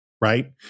right